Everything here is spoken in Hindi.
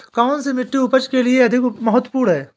कौन सी मिट्टी उपज के लिए अधिक महत्वपूर्ण है?